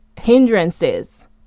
hindrances